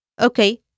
Okay